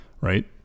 right